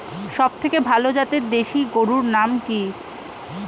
সবথেকে ভালো জাতের দেশি গরুর নাম কি?